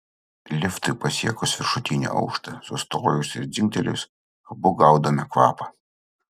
liftui pasiekus viršutinį aukštą sustojus ir dzingtelėjus abu gaudome kvapą